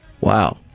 Wow